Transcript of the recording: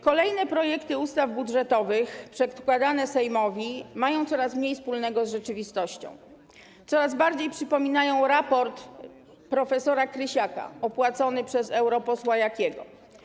Kolejne projekty ustaw budżetowy przedkładane Sejmowi mają coraz mniej wspólnego z rzeczywistością, coraz bardziej przypominają raport prof. Krysiaka, opłacony przez europosła Jakiego.